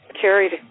carried